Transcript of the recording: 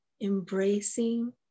embracing